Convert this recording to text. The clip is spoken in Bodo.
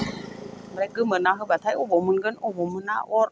ओमफ्राय गोमोरना होब्लाथाय अबाव मोनगोन अबाव मोना अर